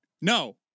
No